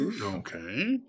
Okay